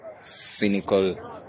cynical